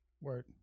word